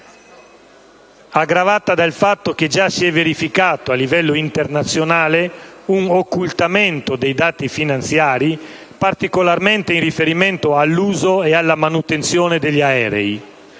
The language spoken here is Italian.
aggravata dal fatto che già si è verificato a livello internazionale un occultamento dei dati finanziari, particolarmente in riferimento all'uso e alla manutenzione degli aerei.